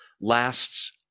lasts